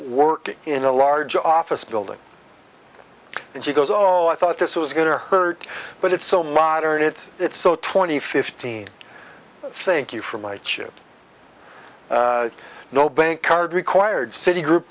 work in a large office building and she goes oh i thought this was going to hurt but it's so modern it's so twenty fifteen think you for my chip no bank card required citi group